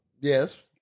Yes